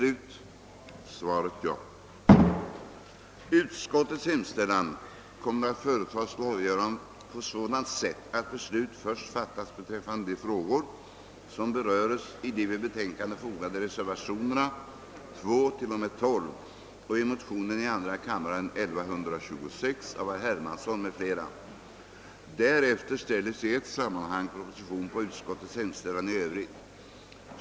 Utskottets hemställan kommer att företagas till avgörande på sådant sätt, att beslut först fattas beträffande de frågor som beröres i de vid betänkandet fogade reservationerna 2)—12) och i motionen II: 1126 av herr Hermansson m.fl. Därefter ställes i ett sammanhang proposition på utskottets hemställan i övrigt.